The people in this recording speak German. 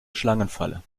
schlangenfalle